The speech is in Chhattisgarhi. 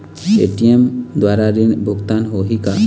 ए.टी.एम द्वारा ऋण भुगतान होही का?